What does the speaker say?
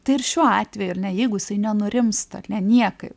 tai ir šiuo atveju ar ne jeigu jisai nenurimsta ar ne niekaip